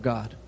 God